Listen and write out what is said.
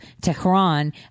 Tehran